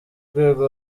rwego